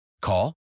Call